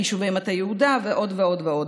ביישובי מטה יהודה ועוד ועוד ועוד.